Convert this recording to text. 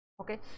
okay